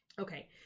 okay